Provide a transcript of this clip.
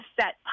set